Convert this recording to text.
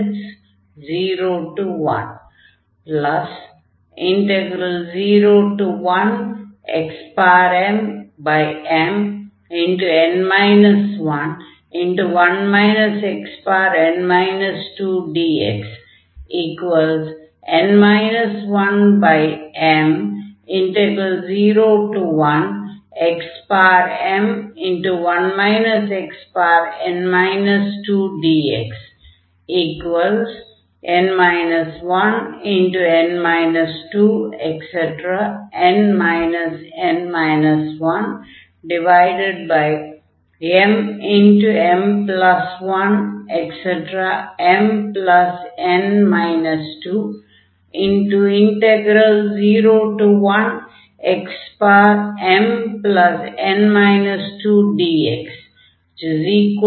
n 1m01xm1 xn 2dx n 1n 2n n 1mm1mn 201xmn 2dx n 1